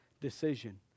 decision